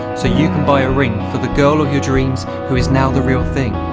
so you can buy a ring, for the girl of your dreams, who is now the real thing.